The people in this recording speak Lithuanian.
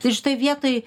tai šitoj vietoj